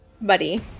Buddy